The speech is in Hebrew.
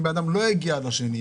שאם אדם לא הגיע לשני,